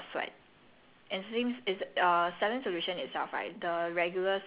your skin actually absorbs salt very well it's the same stuff that's in your sweat